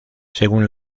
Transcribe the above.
según